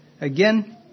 again